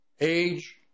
age